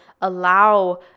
allow